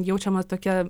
jaučiama tokia